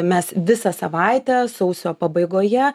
mes visą savaitę sausio pabaigoje